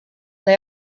they